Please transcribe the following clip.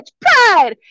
pride